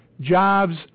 jobs